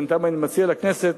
ובינתיים אני מציע לכנסת